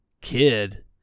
kid